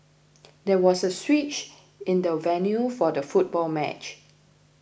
there was a switch in the venue for the football match